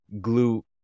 glue